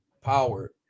Power